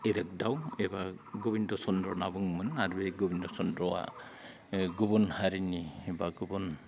इरागदाव एबा गबिन्द चन्द्र होनना बुङोमोन आरो बे गबिन्द चन्द्रआ गुबुन हारिनि बा गुबुन